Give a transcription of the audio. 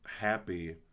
happy